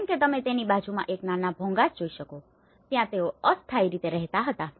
જેમ કે તમે તેની બાજુમાં એક નાના ભોંગાસ જોઈ શકો છો જ્યાં તેઓ અસ્થાયી રીતે રહેતા હતા